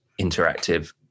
interactive